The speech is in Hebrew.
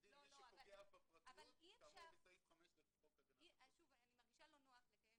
כדין מי שפוגע בפרטיות כאמור בסעיף 5 בחוק הגנת הפרטיות".